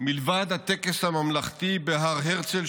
מלבד הטקס הממלכתי בהר הרצל,